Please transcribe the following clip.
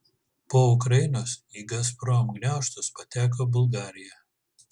po ukrainos į gazprom gniaužtus pateko bulgarija